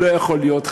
לא יכול להיות,